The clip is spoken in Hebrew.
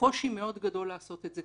וקושי מאוד גדול לעשות את זה.